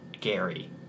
Gary